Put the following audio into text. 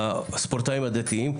הספורטאים הדתיים,